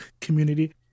community